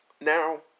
Now